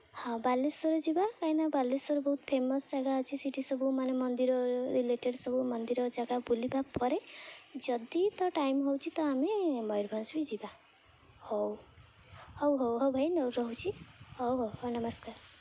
ହଁ ବାଲେଶ୍ୱର ଯିବା କାହିଁକିନା ବାଲେଶ୍ୱର ବହୁତ ଫେମସ୍ ଜାଗା ଅଛି ସେଇଠି ସବୁ ମାନେ ମନ୍ଦିର ରିଲେଟେଡ଼୍ ସବୁ ମନ୍ଦିର ଜାଗା ବୁଲିବା ପରେ ଯଦି ତ ଟାଇମ୍ ହେଉଛି ତ ଆମେ ମୟୂରଭଞ୍ଜ ବି ଯିବା ହଉ ହଉ ହଉ ହଉ ଭାଇ ହଉ ରହୁଛି ହଉ ହଉ ହଁ ନମସ୍କାର